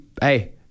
hey